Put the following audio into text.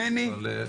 לפרטיות.